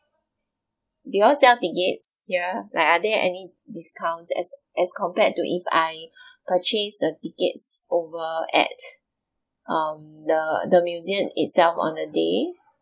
do y'all sell tickets ya like are there any discounts as as compared to if I purchase the tickets over at um the the museum itself on the day